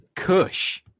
kush